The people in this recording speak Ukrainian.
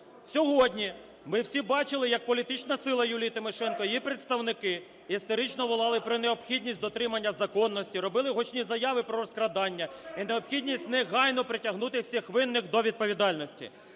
Сьогодні ми всі бачили, як політична сила Юлії Тимошенко, її представники істерично волали про необхідність дотримання законності, робили гучні заяви про розкрадання і необхідність негайно притягнути всіх винних до відповідальності.